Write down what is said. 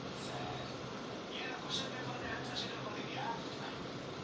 ರೈತ್ರು ಮಳೆಗಾಲದಲ್ಲಿ ಭೂಮಿ ಹುತ್ತಿ, ಅದ ಮಾಡಿ ಬೀಜಗಳನ್ನು ನೆಟ್ಟು ಗೊಬ್ಬರ ಹಾಕಿ ಬೆಳೆ ಬೆಳಿತರೆ